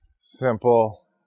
simple